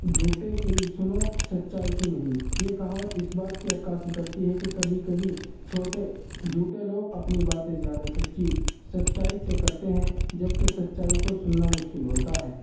جھوٹے کی سنو سچائی کی نہیں یہ کہاوت اس بات کی عکاسی کرتی ہے کہ کبھی کبھی چھوٹے جھوٹے لوگ اپنی باتیں زیادہ سچی سچائی سے کرتے ہیں جب کہ سچائی کو سننا مشکل ہوتا ہے